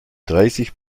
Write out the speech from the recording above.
dreißig